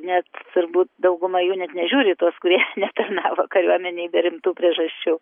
net turbūt dauguma jų net nežiūri į tuos kuris netarnavo kariuomenėj be rimtų priežasčių